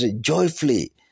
joyfully